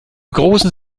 großen